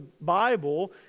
Bible